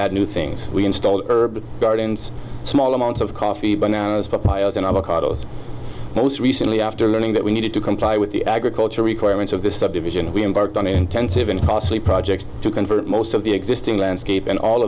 add new things we installed urban gardens small amounts of coffee but most recently after learning that we needed to comply with the agriculture requirements of this subdivision we embarked on an intensive and costly project to convert most of the existing landscape and all